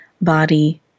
body